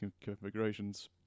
configurations